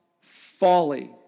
folly